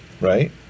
right